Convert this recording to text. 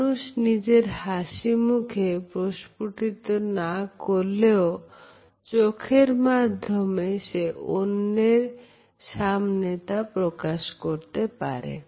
মানুষ নিজের হাসিমুখে প্রস্ফুটিত না করলেও চোখের মাধ্যমে সে অন্যের সামনে তা প্রকাশ করতে পারে